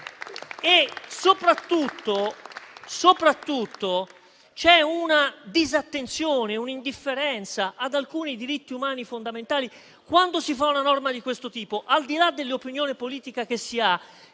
Soprattutto, c'è una disattenzione e un'indifferenza ad alcuni diritti umani fondamentali. Quando si fa una norma di questo tipo, al di là dell'opinione politica che si ha,